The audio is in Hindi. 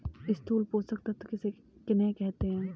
स्थूल पोषक तत्व किन्हें कहते हैं?